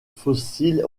fossile